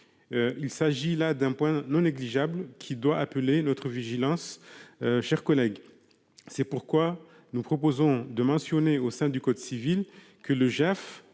Il s'agit là d'un point non négligeable, qui doit appeler notre vigilance, mes chers collègues. C'est pourquoi nous proposons de mentionner, au sein du code civil, que le JAF